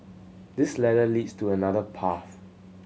this ladder leads to another path